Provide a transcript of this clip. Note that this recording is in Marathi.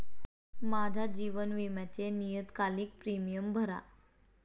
माझ्या जीवन विम्याचे नियतकालिक प्रीमियम भरा